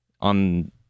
on